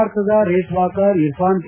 ಭಾರತದ racewalker Irfan K